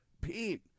Pete